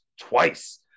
twice